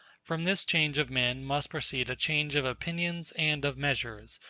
from this change of men must proceed a change of opinions and of measures,